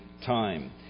time